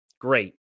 Great